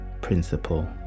principle